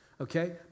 Okay